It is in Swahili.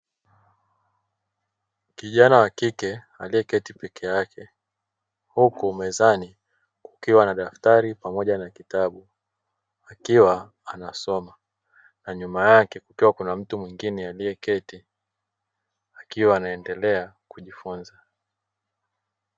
Kijana wa kike aliyeketi peke yake huku mezani kukiwa na daftari pamoja na kitabu, akiwa anasoma na nyuma yake kukiwa kuna mtu mwingine aliyeketi akiwa anaendelea kujifunza.